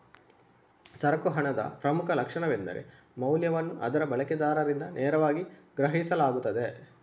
ಸರಕು ಹಣದ ಪ್ರಮುಖ ಲಕ್ಷಣವೆಂದರೆ ಮೌಲ್ಯವನ್ನು ಅದರ ಬಳಕೆದಾರರಿಂದ ನೇರವಾಗಿ ಗ್ರಹಿಸಲಾಗುತ್ತದೆ